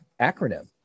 acronym